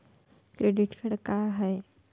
Credit card का हाय?